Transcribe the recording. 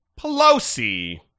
Pelosi